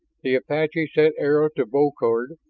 the apache set arrow to bow cord,